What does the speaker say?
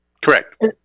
Correct